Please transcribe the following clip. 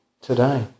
today